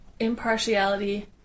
impartiality